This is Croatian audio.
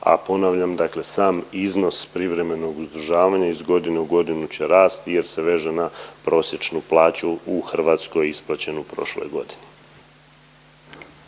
a ponavljam, dakle sam iznos privremenog uzdržavanja iz godine u godinu će rasti jer se veže na prosječnu plaću u Hrvatskoj isplaćenu prošle godine.